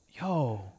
yo